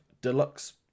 Deluxe